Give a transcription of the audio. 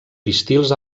pistils